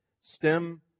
stem